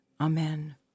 Amen